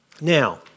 Now